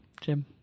Jim